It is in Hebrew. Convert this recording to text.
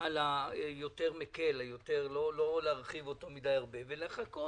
על מה שיותר מקל, לא להרחיב יותר מדי ולחכות